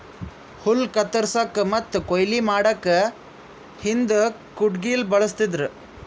ಹುಲ್ಲ್ ಕತ್ತರಸಕ್ಕ್ ಮತ್ತ್ ಕೊಯ್ಲಿ ಮಾಡಕ್ಕ್ ಹಿಂದ್ ಕುಡ್ಗಿಲ್ ಬಳಸ್ತಿದ್ರು